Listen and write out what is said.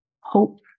hope